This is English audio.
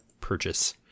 purchase